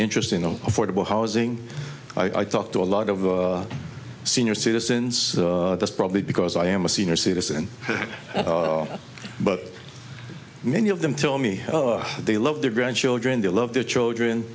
interest in the affordable housing i talked to a lot of senior see since that's probably because i am a senior citizen but many of them tell me they love their grandchildren they love their children